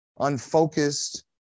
unfocused